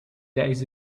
days